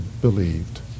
believed